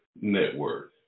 Network